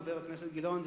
חבר הכנסת גילאון,